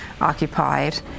occupied